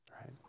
Right